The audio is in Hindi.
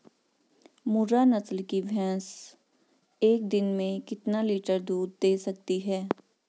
मुर्रा नस्ल की भैंस एक दिन में कितना लीटर दूध दें सकती है?